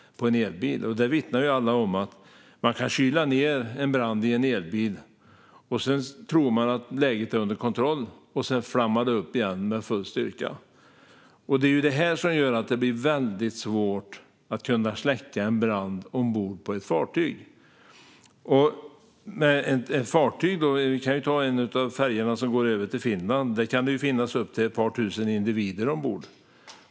Man vittnar om att det går att kyla ned en brand i en elbil och tro att läget är under kontroll - och sedan flammar elden upp igen med full styrka. Det är det som gör det väldigt svårt att släcka en brand ombord på ett fartyg. Vi kan ta en av färjorna som går över till Finland som exempel. Det kan finnas upp till ett par tusen individer ombord.